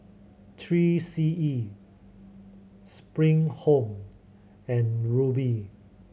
Three C E Spring Home and Rubi